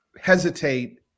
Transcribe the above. hesitate